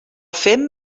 fem